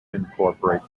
incorporate